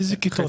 לאיזה כיתות?